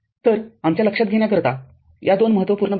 तर आमच्या लक्षात घेण्याकरिता या दोन महत्त्वपूर्ण बाबी आहेत